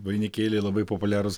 vainikėliai labai populiarūs